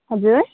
हजुर